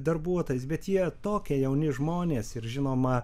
darbuotojais bet jie tokie jauni žmonės ir žinoma